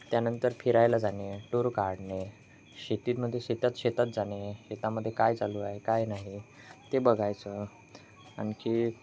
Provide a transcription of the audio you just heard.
त्यानंतर फिरायला जाणे टूर काढणे शेतीमध्ये शेतात शेतात जाणे शेतामध्ये काय चालू आहे काय नाही ते बघायचं आणखी